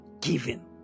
given